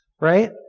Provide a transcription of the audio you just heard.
right